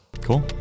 cool